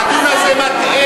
הנתון הזה מטעה,